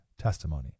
testimony